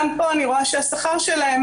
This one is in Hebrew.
גם פה אני רואה שהשכר שלהן